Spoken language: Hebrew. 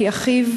כי אחיו,